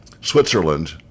Switzerland